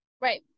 Right